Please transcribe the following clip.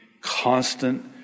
constant